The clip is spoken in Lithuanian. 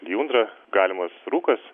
lijundra galimas rūkas